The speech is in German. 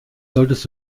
solltest